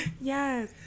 Yes